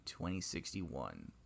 2061